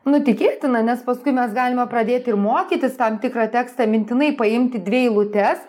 nu tikėtina nes paskui mes galime pradėti ir mokytis tam tikrą tekstą mintinai paimti dvi eilutes